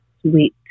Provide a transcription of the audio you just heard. sweet